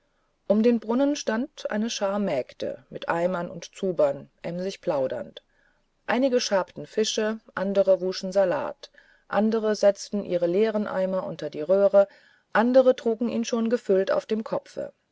um den brunnen stand eine schar mägde mit eimern und zubern emsig plaudernd einige schabten fische andere wuschen salat andere setzten ihre leeren eimer unter die röhre andere trugen ihn schon gefüllt auf dem kopfe